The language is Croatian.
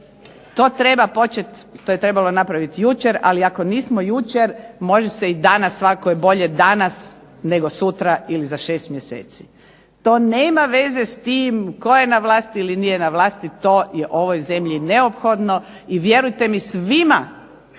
To je trebalo napraviti jučer, ali ako nismo jučer može se i danas. Svakako je bolje danas nego sutra ili za 6 mjeseci. To nema veze s tim tko je na vlasti ili nije na vlasti to je ovoj zemlji neophodno i vjerujte mi svima